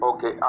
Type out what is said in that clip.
Okay